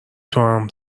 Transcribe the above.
توام